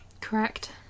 Correct